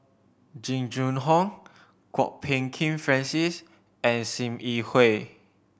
Jing Jun Hong Kwok Peng Kin Francis and Sim Yi Hui